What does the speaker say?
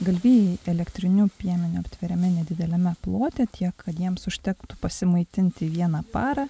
galvijai elektriniu piemeniu aptveriami nedideliame plote tiek kad jiems užtektų prasimaitinti vieną parą